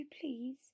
please